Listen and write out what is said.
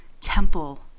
temple